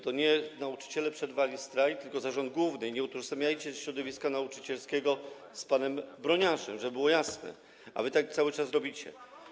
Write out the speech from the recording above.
To nie nauczyciele przerwali strajk, tylko zarząd główny, i nie utożsamiajcie środowiska nauczycielskiego z panem Broniarzem, żeby było jasne - a wy cały czas tak robicie.